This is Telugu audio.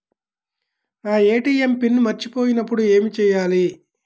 నా ఏ.టీ.ఎం పిన్ మర్చిపోయినప్పుడు ఏమి చేయాలి?